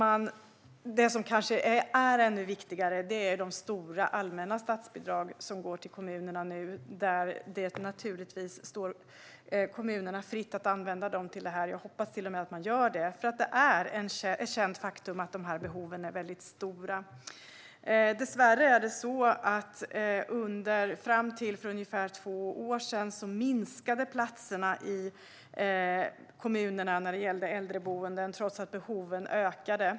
Det som kanske är ännu viktigare är de stora allmänna statsbidrag som går till kommunerna. Det står naturligtvis kommunerna fritt att använda dessa bidrag till det här - jag hoppas till och med att de gör det, för det är ett känt faktum att dessa behov är väldigt stora. Dessvärre är det så att antalet äldreboendeplatser i kommunerna minskade fram till för ungefär två år sedan, trots att behovet ökade.